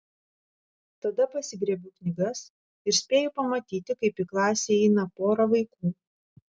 tada pasigriebiu knygas ir spėju pamatyti kaip į klasę įeina pora vaikų